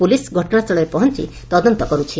police ଘଟଶାସ୍ଚଳରେ ପହଞ୍ ତଦନ୍ତ କରୁଛି